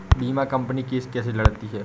बीमा company case कैसे लड़ती है?